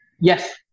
Yes